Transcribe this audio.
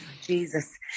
Jesus